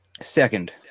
Second